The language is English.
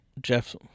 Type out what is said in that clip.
Jeff